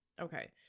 Okay